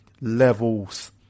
levels